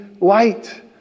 light